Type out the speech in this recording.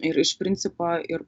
ir iš principo ir